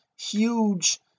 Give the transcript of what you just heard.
huge